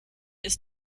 ist